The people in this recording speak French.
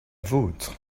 vôtre